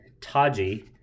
Taji